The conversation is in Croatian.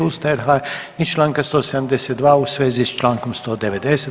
Ustava RH i članka 172. u svezi sa člankom 190.